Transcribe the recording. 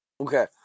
Okay